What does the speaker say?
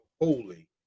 holy